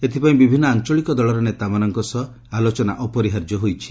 ଏଥିପାଇଁ ବିଭିନ୍ନ ଆଞ୍ଚଳିକ ଦଳର ନେତାମାନଙ୍କ ସହ ଆଲୋଚନା ଅପରିହାର୍ଯ୍ୟ ହୋଇଛି